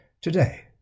Today